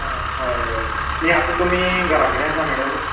हय हय हय न्ही आतां तुमी घरा कडेन आसा मेडम